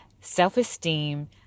self-esteem